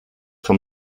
vom